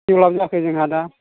develop जाखो जोंहा दा